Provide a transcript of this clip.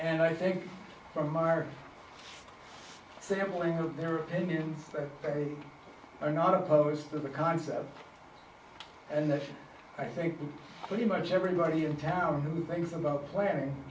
and i think from our sampling of their opinions very are not opposed to the concept and that i think pretty much everybody in town who thinks about planning